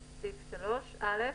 3. (א)